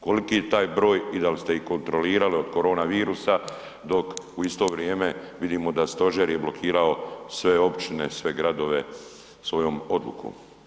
Koliki je taj broj i da li ste ih kontrolirali od korona virusa, dok u isto vrijeme vidimo da stožer je blokirao sve općine, sve gradove svojom odlukom.